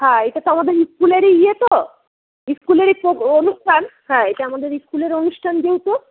হ্যাঁ এটা তো আমাদের স্কুলেরই ইয়েতো স্কুলেরই অনুষ্ঠান হ্যাঁ এটা আমাদের স্কুলের অনুষ্ঠান যেহেতু